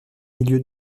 milieu